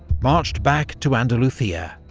marched back to andalucia.